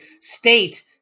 State